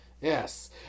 Yes